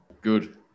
Good